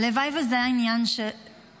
הלוואי וזה היה עניין ------ סליחה?